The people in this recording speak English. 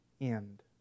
end